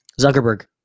Zuckerberg